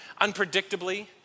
Unpredictably